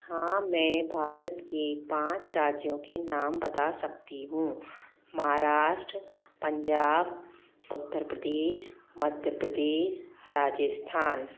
हाँ मैं भारत के पांच राज्यों के नाम बता सकती हूँ महाराष्ट्र पंजाब उत्तर प्रदेश मध्य प्रदेश राजस्थान